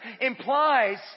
implies